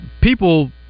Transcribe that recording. people